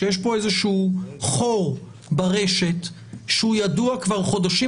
כשיש פה איזשהו חור ברשת שהוא ידוע כבר חודשים